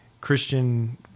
Christian